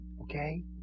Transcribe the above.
Okay